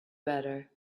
better